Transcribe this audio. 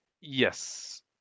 Yes